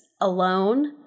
alone